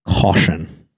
caution